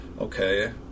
okay